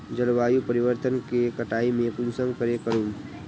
जलवायु परिवर्तन के कटाई में कुंसम करे करूम?